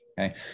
Okay